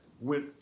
went